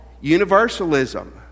universalism